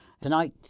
Tonight